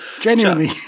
Genuinely